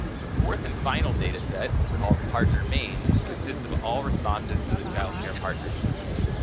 the fourth and final data set, called partner main, consists of all responses to the child care partner survey.